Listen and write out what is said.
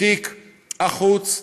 בתיק החוץ,